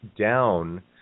down